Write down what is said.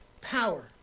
power